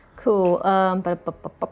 Cool